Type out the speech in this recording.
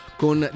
con